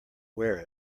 wear